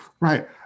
Right